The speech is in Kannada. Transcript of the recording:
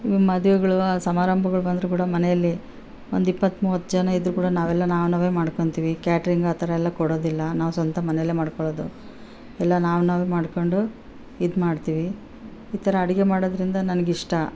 ಮದ್ವೆಗಳು ಆ ಸಮಾರಂಭಗಳು ಬಂದ್ರೆ ಕೂಡ ಮನೆಯಲ್ಲಿ ಒಂದು ಇಪ್ಪತ್ತು ಮೂವತ್ತು ಜನ ಇದ್ರು ಕೂಡ ನಾವೆಲ್ಲ ನಾವುನಾವೇ ಮಾಡ್ಕೊಂತೀವಿ ಕ್ಯಾಟ್ರಿಂಗ್ ಆ ಥರ ಎಲ್ಲ ಕೊಡೋದಿಲ್ಲ ನಾವು ಸ್ವಂತ ಮನೆಲ್ಲೆ ಮಾಡ್ಕೊಳ್ಳೋದು ಎಲ್ಲ ನಾವುನಾವೇ ಮಾಡ್ಕೊಂಡು ಇದುಮಾಡ್ತೀವಿ ಈ ಥರ ಅಡುಗೆ ಮಾಡೋದರಿಂದ ನನಗಿಷ್ಟ